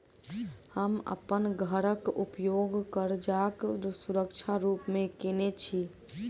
हम अप्पन घरक उपयोग करजाक सुरक्षा रूप मेँ केने छी